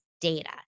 data